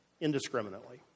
indiscriminately